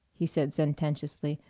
he said sententiously,